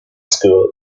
school